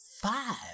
five